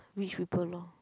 rich people loh